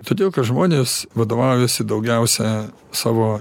todėl kad žmonės vadovaujasi daugiausia savo